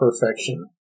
perfection